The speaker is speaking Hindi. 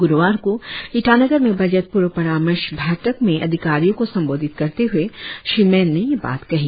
गुरुवार को ईटानगर में बजट पूर्व परामर्श बैठक में अधिकारियों को संबोधित करते हुए श्री मैन ने यह बात कही